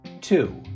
Two